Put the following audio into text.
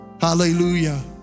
Hallelujah